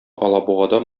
алабугада